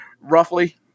roughly